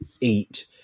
eat